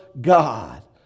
God